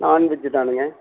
nonveg தானுங்க